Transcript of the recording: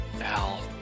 Al